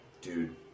dude